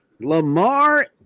Lamar